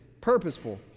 purposeful